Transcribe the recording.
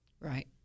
Right